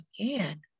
again